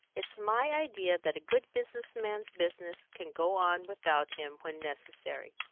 it's my idea that a good business man's business can go on without him, when necessary.